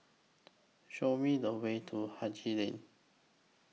Show Me The Way to Haji Lane